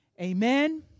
Amen